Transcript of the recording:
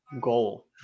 goal